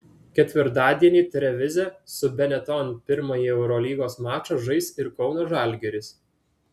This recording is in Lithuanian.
ketvirtadienį trevize su benetton pirmąjį eurolygos mačą žais ir kauno žalgiris